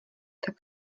tak